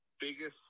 biggest